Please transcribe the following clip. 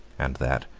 and that,